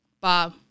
Bob